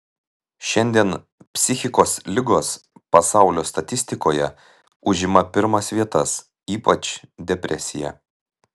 šiandien psichikos ligos pasaulio statistikoje užima pirmas vietas ypač depresija